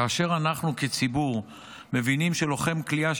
כאשר אנחנו כציבור מבינים שלוחם כליאה,